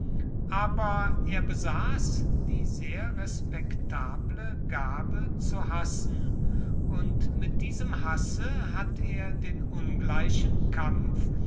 aber er besaß die sehr respektable gabe zu hassen und mit diesem hasse hat er den ungleichen kampf